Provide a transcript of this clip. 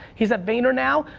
he's at vayner now.